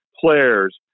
players